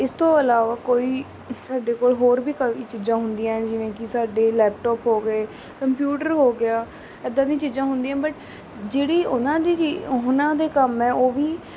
ਇਸ ਤੋਂ ਇਲਾਵਾ ਕੋਈ ਸਾਡੇ ਕੋਲ ਹੋਰ ਵੀ ਕਾਫੀ ਚੀਜ਼ਾਂ ਹੁੰਦੀਆਂ ਜਿਵੇਂ ਕਿ ਸਾਡੇ ਲੈਪਟੋਪ ਹੋ ਗਏ ਕੰਪਿਊਟਰ ਹੋ ਗਿਆ ਇੱਦਾਂ ਦੀਆਂ ਚੀਜ਼ਾਂ ਹੁੰਦੀਆਂ ਬਟ ਜਿਹੜੀ ਉਹਨਾਂ ਦੀ ਚੀ ਉਹਨਾਂ ਦੇ ਕੰਮ ਹੈ ਉਹ ਵੀ